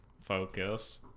Focus